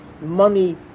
money